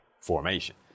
formation